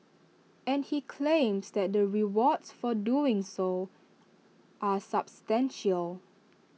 and he claims that the rewards for doing so are substantial